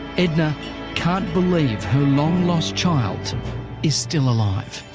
edna can't believe her long-lost child is still alive.